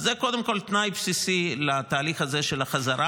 זה קודם כול תנאי בסיסי לתהליך הזה של החזרה.